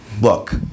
Look